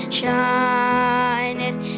shineth